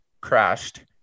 crashed